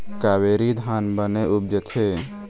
कावेरी धान बने उपजथे?